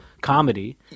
comedy